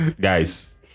Guys